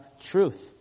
truth